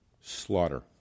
slaughter